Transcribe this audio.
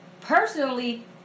personally